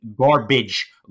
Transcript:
garbage